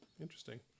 interesting